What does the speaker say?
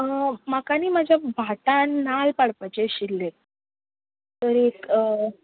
म्हाका न्ही म्हजे भाटांत नाल्ल पाडपाचे आशिल्लें तर एक